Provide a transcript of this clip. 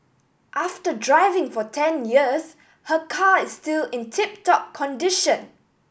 after driving for ten years her car is still in tip top condition